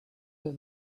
that